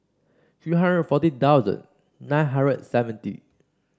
three hundred forty thousand nine hundred and seventy